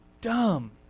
dumb